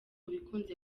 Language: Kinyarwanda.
bikunze